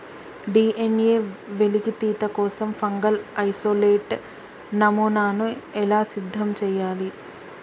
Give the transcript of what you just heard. DNA వెలికితీత కోసం fungal isolate నమూనాను ఎలా సిద్ధం చెయ్యాలి?